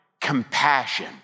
compassion